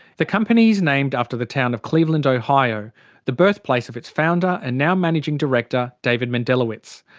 the company is named after the town of cleveland, ohio, the birthplace of its founder and now managing director, david mendelawitz.